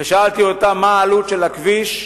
ושאלתי אותם: מה עלות הכביש?